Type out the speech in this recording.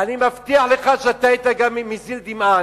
אני מבטיח לך שאתה היית גם מזיל דמעה,